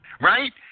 Right